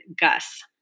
Gus